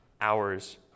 hours